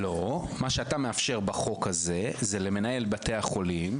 לא, מה שאתה מאפשר בחוק הזה זה למנהל בית החולים,